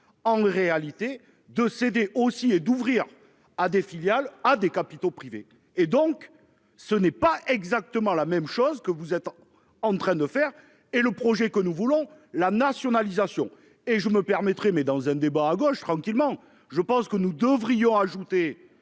en réalité de CD aussi et d'ouvrir à des filiales à des capitaux privés et donc ce n'est pas exactement la même chose que vous êtes en train de faire et le projet que nous voulons la nationalisation et je me permettrais mais dans un débat à gauche tranquillement. Je pense que nous devrions ajouté